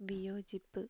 വിയോജിപ്പ്